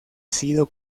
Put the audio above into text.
sido